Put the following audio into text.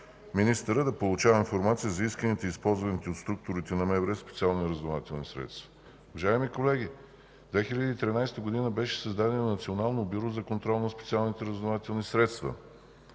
министърът да получава информация за исканите и използваните от структурите на МВР специални разузнавателни средства. Уважаеми колеги, през 2013 г. беше създадено Национално бюро за контрол на специалните разузнавателни средства.